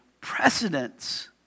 precedence